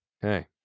Hey